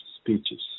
speeches